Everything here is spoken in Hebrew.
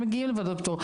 שמגיעים לוועדות פטור.